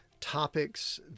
topics